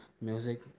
music